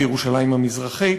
בירושלים המזרחית,